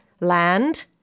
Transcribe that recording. land